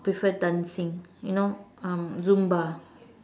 prefer dancing you know um Zumba